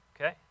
okay